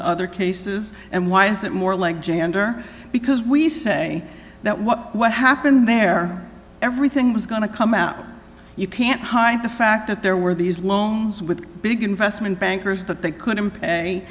the other cases and why is it more like gender because we say that what what happened there everything was going to come out you can't hide the fact that there were these loans with big investment bankers that they couldn't pay